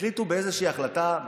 החליטו באיזושהי החלטה,